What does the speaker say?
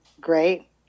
great